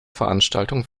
veranstaltung